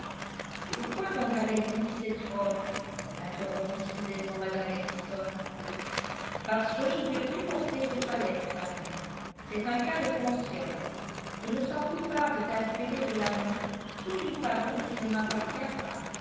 pourquoi donc avez-vous mis cette robe interrompit soudainement mme ellison parce que je ne veux plus porter vos toilettes fanny c'est un cas de conscience je me sens coupable d'inspirer de l'amour sous une parure qui ne m'appartient pas